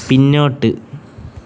പിന്നോട്ട്